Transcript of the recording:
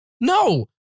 No